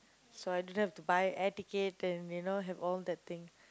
so I don't have to buy air ticket and you know have all that thing